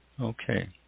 Okay